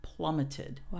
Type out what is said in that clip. Plummeted